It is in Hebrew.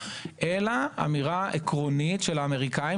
אלא אמירה עקרונית של האמריקאים,